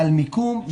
על מיקום,